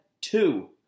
two